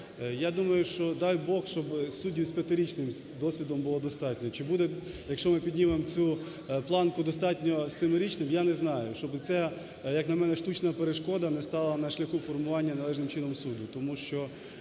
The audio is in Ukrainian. Я думаю, що, дай Бог, щоби суддів з п'ятирічним досвідом було достатньо. Чи буде, якщо ми піднімемо цю планку, достатньо семирічний, я не знаю, щоби ця, як на мене, штучна перешкода не стала на шляху формування належним чином суду.